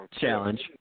challenge